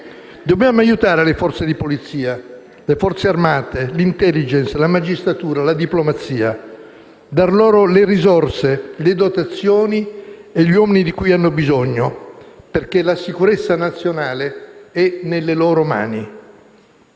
Dobbiamo aiutare le forze di polizia, le Forze armate, l'*intelligence*, la magistratura, la diplomazia; dar loro le risorse, le dotazioni e gli uomini di cui hanno bisogno perché la sicurezza nazionale è nelle loro mani.